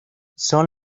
son